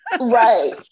right